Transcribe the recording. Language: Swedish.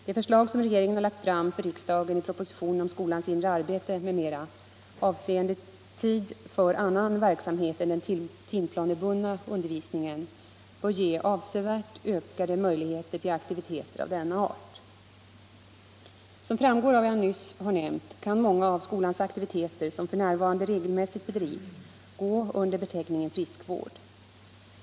Det förslag som regeringen har lagt fram för riksdagen i propositionen om skolans inre arbete m.m., avseende tid för annan verksamhet än den timplanebundna undervisningen, bör ge avsevärt ökade möjligheter till akti Som framgår av vad jag nyss har nämnt kan många av skolans aktiviteter som f. n. regelmässigt bedrivs gå under beteckningen friskvård.